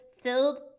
filled